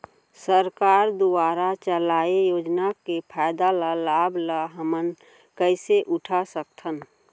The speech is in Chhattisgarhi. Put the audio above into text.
सरकार दुवारा चलाये योजना के फायदा ल लाभ ल हमन कइसे उठा सकथन?